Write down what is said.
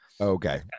okay